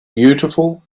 beautiful